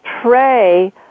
pray